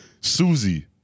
Susie